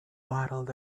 waddled